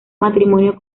matrimonio